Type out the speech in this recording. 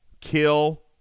kill